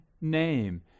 name